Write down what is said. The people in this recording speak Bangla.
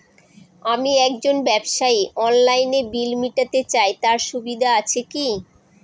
আমি একজন ব্যবসায়ী অনলাইনে বিল মিটাতে চাই তার সুবিধা আছে কি?